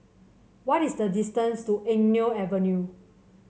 what is the distance to Eng Neo Avenue